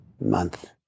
month